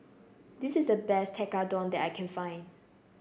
this is the best Tekkadon that I can find